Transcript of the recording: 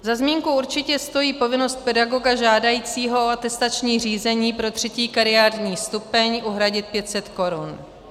Za zmínku určitě stojí povinnost pedagoga žádajícího o atestační řízení pro třetí kariérní stupeň uhradit 500 korun.